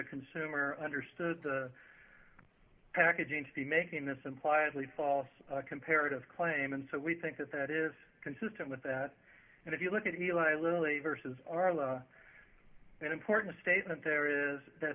consumer understood the packaging to be making this implies a false comparative claim and so we think that that is consistent with that and if you look at eli lilly versus our law an important statement there is that